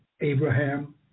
Abraham